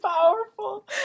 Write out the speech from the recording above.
powerful